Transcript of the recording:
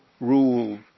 rule